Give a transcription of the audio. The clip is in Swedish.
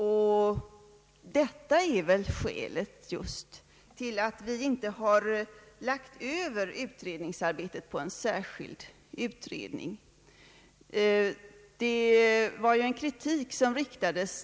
Just detta är väl skälet till att vi inte har lagt över utredningsarbetet på en särskild utredning.